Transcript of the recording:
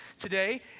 today